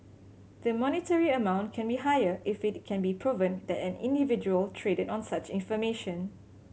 the monetary amount can be higher if it can be proven that an individual traded on such information